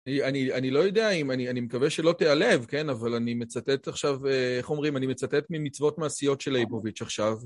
אני לא יודע אם, אני מקווה שלא תיעלב, כן? אבל אני מצטט עכשיו, איך אומרים? אני מצטט ממצוות מעשיות של לייבוביץ' עכשיו.